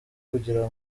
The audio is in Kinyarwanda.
kugira